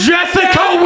Jessica